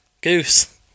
Goose